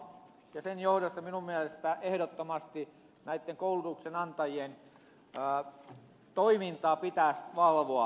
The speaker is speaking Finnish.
sen johdosta minun mielestäni ehdottomasti näitten koulutuksen antajien toimintaa pitäisi valvoa tarkemmin